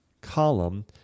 column